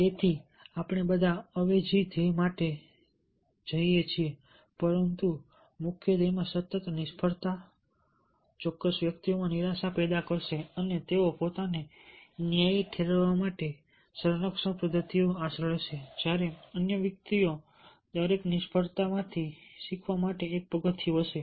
તેથી તેથી આપણે બધા અવેજી ધ્યેય માટે જઈએ છીએ પરંતુ મુખ્ય ધ્યેયમાં સતત નિષ્ફળતા ચોક્કસ વ્યક્તિઓમાં નિરાશા પેદા કરશે અને તેઓ પોતાને ન્યાયી ઠેરવવા માટે સંરક્ષણ પદ્ધતિનો આશરો લેશે જ્યારે અન્ય વ્યક્તિઓ માટે દરેક નિષ્ફળતા શીખવા માટે એક પગથિયું હશે